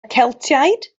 celtiaid